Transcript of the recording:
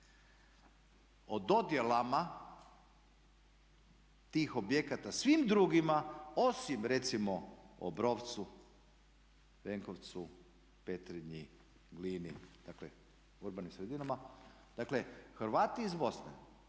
o dodjelama tih objekata svim drugima osim recimo Obrovcu, Benkovcu, Petrinji, Glini, dakle urbanim sredinama. Dakle Hrvati iz Bosne,